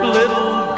little